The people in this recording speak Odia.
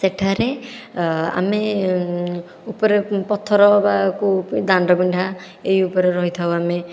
ସେଠାରେ ଆମେ ଉପରେ ପଥର ବା କେଉଁ ଦାଣ୍ଡ ପିଣ୍ଡା ଏହି ଉପରେ ରହିଥାଉ ଆମେ